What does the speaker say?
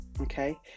okay